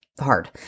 hard